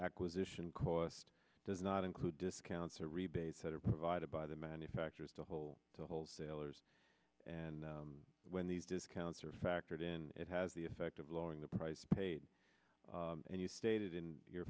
acquisition cost does not include discounts or rebates that are provided by the manufacturers to whole to wholesalers and when these discounts are factored in it has the effect of lowering the price paid and you stated in your